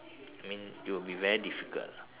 I mean it would be very difficult lah